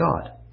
God